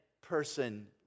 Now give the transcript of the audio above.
person